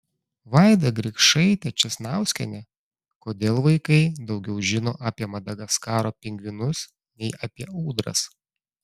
vaida grikšaitė česnauskienė kodėl vaikai daugiau žino apie madagaskaro pingvinus nei apie ūdras